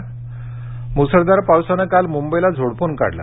पाऊस मुसळधार पावसानं काल मुंबईला झोडपून काढलं